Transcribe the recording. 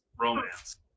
romance